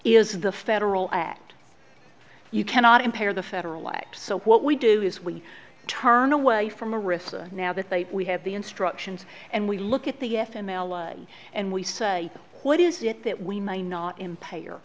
is the federal act you cannot impair the federal law so what we do is we turn away from a risk now that they we have the instructions and we look at the f a male and we say what is it that we may not impair